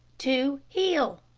to heel!